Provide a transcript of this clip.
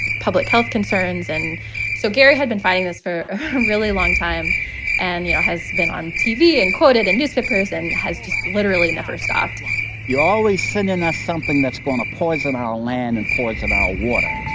public health concerns and so gary had been fighting this for a really long time and, you know, has been on tv and quoted in newspapers and has just literally never stopped you're always sending us something that's going to poison our land and ports of our waters.